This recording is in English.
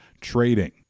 trading